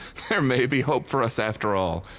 there may be hope for us after all.